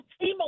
team